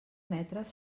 metres